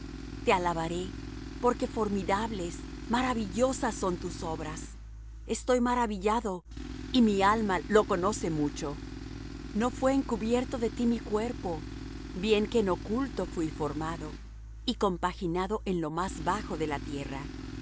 te alabaré porque formidables maravillosas son tus obras estoy maravillado y mi alma lo conoce mucho no fué encubierto de ti mi cuerpo bien que en oculto fuí formado y compaginado en lo más bajo de la tierra mi